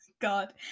god